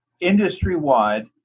industry-wide